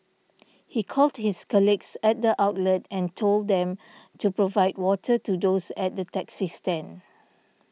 he called his colleagues at the outlet and told them to provide water to those at the taxi stand